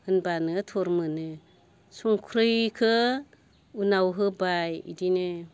होनबानो थर मोनो संख्रैखौ उनाव होबाय बिदिनो